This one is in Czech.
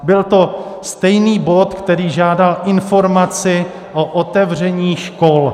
Byl to stejný bod, který žádal informaci o otevření škol.